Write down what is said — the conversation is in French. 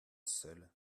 seul